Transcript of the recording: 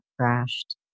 crashed